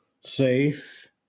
safe